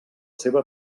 seva